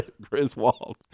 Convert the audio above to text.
Griswold